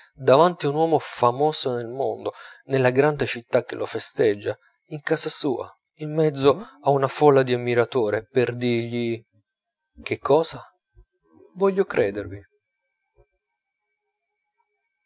davanti a un uomo famoso nel mondo nella grande città che lo festeggia in casa sua in mezzo a una folla di ammiratori per dirgli che cosa voglio vedervi